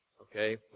okay